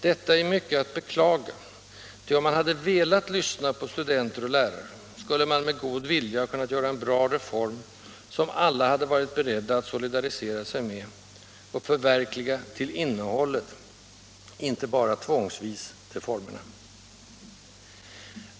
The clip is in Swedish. Detta är mycket att beklaga, ty om man hade velat lyssna på studenter och lärare, skulle man med god vilja ha kunnat göra en bra reform, som alla hade varit beredda att solidarisera sig med och förverkliga till innehållet och inte bara, tvångsvis, till formerna.